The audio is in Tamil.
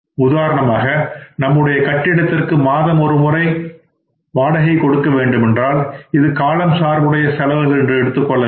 உதாரணமாக நம்முடைய கட்டிடத்திற்கு வாடகை மாதம் ஒருமுறை கொடுக்க வேண்டுமென்றால் இது காலம் சார்புடைய செலவுகள் என்று எடுத்துக்கொள்ள வேண்டும்